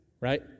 right